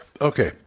okay